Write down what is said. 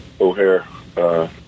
O'Hare